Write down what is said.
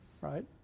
right